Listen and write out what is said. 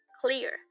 clear